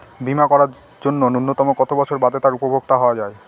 বীমা করার জন্য ন্যুনতম কত বছর বাদে তার উপভোক্তা হওয়া য়ায়?